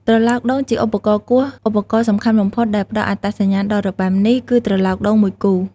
ត្រឡោកដូងជាឧបករណ៍គោះ ឧបករណ៍សំខាន់បំផុតដែលផ្តល់អត្តសញ្ញាណដល់របាំនេះ គឺត្រឡោកដូងមួយគូ។